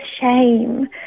shame